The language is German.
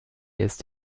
ist